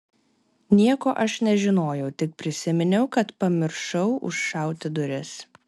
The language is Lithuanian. nieko aš nežinojau tik prisiminiau kad pamiršau užšauti duris